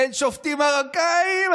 אין שופטים מרוקאים?